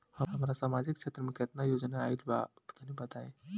हमरा समाजिक क्षेत्र में केतना योजना आइल बा तनि बताईं?